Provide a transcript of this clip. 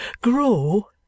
grow—